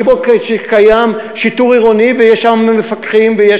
כמו שקיים שיטור עירוני ויש שם מפקחים ויש